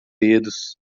dedos